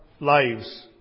lives